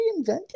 reinvented